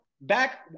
back